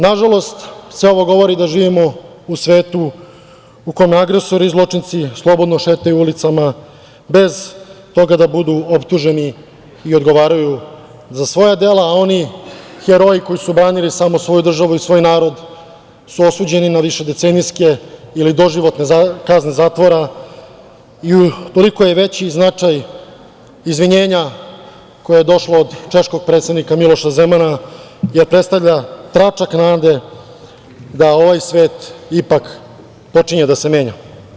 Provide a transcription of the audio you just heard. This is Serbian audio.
Nažalost, sve ovo govori da živimo u svetu u kome agresori i zločinci slobodno šetaju ulicama bez toga da budu optuženi i odgovaraju za svoja dela a oni heroji koji su branili samo svoju državu i svoj narod su osuđeni na višedecenijske ili doživotne kazne zatvora i utoliko je veći značaj izvinjenja koje je došlo od češkog predsednika Miloša Zemana, i predstavlja tračak nade, da ovaj svet ipak počinje da se menja.